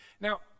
Now